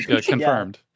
Confirmed